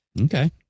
Okay